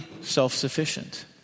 self-sufficient